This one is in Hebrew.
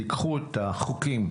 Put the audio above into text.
תיקחו את החוקים,